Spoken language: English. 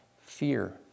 fear